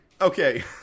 okay